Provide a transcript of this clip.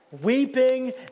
Weeping